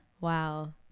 Wow